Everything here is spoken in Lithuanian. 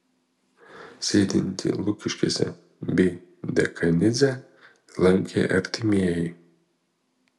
sėdintį lukiškėse b dekanidzę lankė artimieji